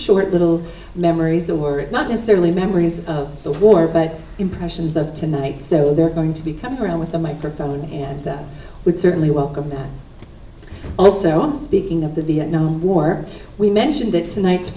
short little memories or not necessarily memories of the war but impressions of tonight so they're going to be coming around with a microphone that would certainly welcome and also speaking of the vietnam war we mentioned it's a night